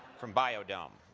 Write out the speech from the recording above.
from biodome.